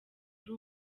ari